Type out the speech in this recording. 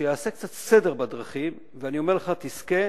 שיעשה קצת סדר בדרכים, ואני אומר לך, תזכה